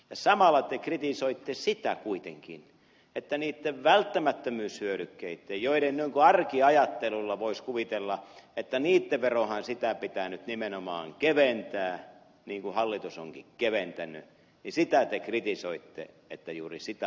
samalla te kritisoitte kuitenkin sitä että välttämättömyyshyödykkeitten joista arkiajattelulla voisi kuvitella että niitten veroahan pitää nyt nimenomaan keventää niin kuin hallitus onkin keventänyt veroa juuri on kevennetty